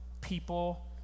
people